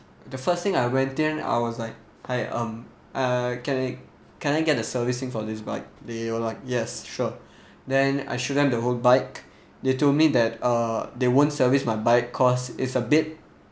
the first thing I went in I was like I um uh can can I get the servicing for this bike they will like yes sure then I showed them the whole bike they told me that uh they won't service my bike cause it's a bit